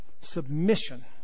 Submission